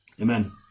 Amen